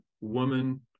woman